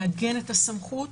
לעגן את הסמכות,